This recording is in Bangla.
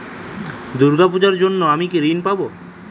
দুর্গা পুজোর জন্য কি আমি ঋণ পাবো?